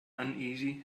uneasy